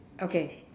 okay